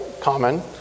common